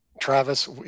travis